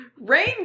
Rain